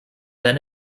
then